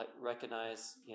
recognize